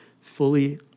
fully